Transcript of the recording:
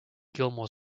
gilmour